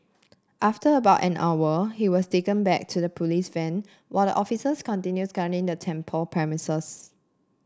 after about an hour he was taken back to the police van while the officers continued scouring the temple premises